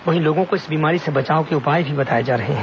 वहीं लोगों को इस बीमारी से बचाव के उपाय भी बताए जा रहे हैं